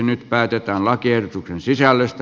nyt päätetään lakiehdotuksen sisällöstä